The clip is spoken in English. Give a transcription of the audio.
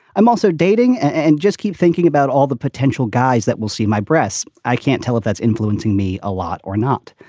i'm also dating and just keep thinking about all the potential guys that will see my breasts. i can't tell if that's influencing me a lot or not.